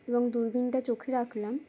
এবং দূরবিনটা চোখে রাখলাম